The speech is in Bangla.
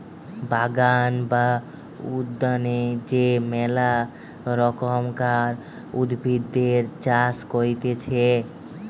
বাগান বা উদ্যানে যে মেলা রকমকার উদ্ভিদের চাষ করতিছে